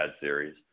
series